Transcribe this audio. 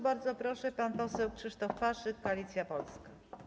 Bardzo proszę, pan poseł Krzysztof Paszyk, Koalicja Polska.